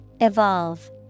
Evolve